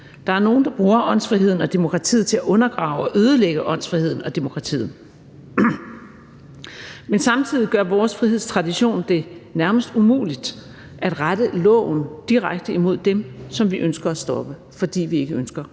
Der er nogle, der bruger åndsfriheden og demokratiet til at undergrave og ødelægge åndsfriheden og demokratiet. Samtidig gør vores frihedstradition det nærmest umuligt at rette loven direkte imod dem, som vi ønsker at stoppe, fordi vi ikke ønsker